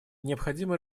необходимо